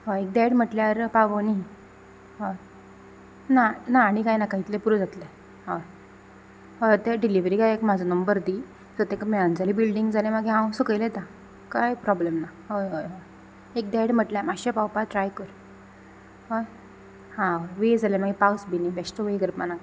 हय एक देड म्हटल्यार पावोनी हय ना ना आनी कांय नाका इतलें पुरो जातलें हय हय हय ते डिलिवरी बॉयाक म्हजो नंबर दी सो ताका मेळना जाली बिल्डींग जाल्या मागीर हांव सकयल येता कांय प्रॉब्लम ना हय हय हय एक देड म्हटल्यार मातशें पावपा ट्राय कर हय हा वेळ जाल्यार मागीर पावस बी न्ही बेश्टो वेळ करपा नाका